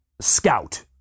scout